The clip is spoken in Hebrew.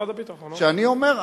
שאני אומר,